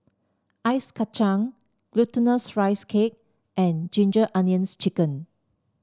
Ice Kacang Glutinous Rice Cake and Ginger Onions chicken